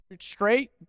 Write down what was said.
straight